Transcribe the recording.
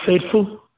faithful